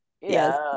Yes